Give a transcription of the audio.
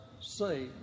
say